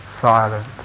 silence